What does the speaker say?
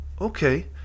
Okay